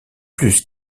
plus